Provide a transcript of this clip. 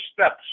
steps